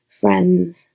friends